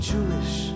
Jewish